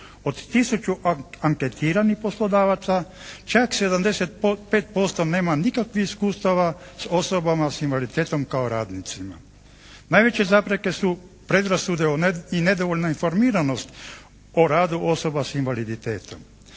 Od 1000 anketiranih poslodavaca čak 75% nema nikakvih iskustava s osobama s invaliditetom kao radnicima. Najveće zapreke su predrasude i nedovoljna informiranost o radu osoba s invaliditetom.